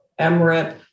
MRIP